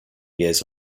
years